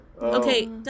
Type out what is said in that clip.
Okay